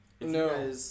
No